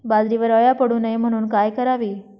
बाजरीवर अळ्या पडू नये म्हणून काय करावे?